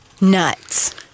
Nuts